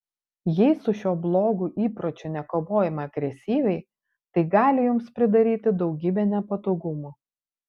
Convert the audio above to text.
jei su šiuo blogu įpročiu nekovojama agresyviai tai gali jums pridaryti daugybę nepatogumų